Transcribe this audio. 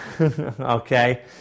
Okay